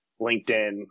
LinkedIn